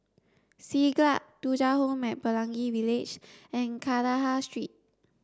Siglap Thuja Home at Pelangi Village and Kandahar Street